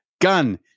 Gun